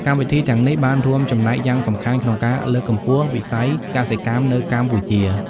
កម្មវិធីទាំងនេះបានរួមចំណែកយ៉ាងសំខាន់ក្នុងការលើកកម្ពស់វិស័យកសិកម្មនៅកម្ពុជា។